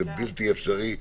זה בלתי אפשרי בעליל,